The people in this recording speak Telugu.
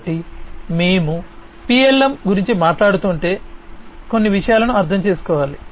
కాబట్టి మేము PLM గురించి మాట్లాడుతుంటే మేము కొన్ని విషయాలను అర్థం చేసుకోవాలి